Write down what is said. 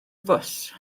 fws